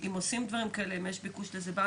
אז אם אתם עושים דברים כאלה או אם יש ביקוש לדברים האלה.